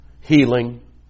healing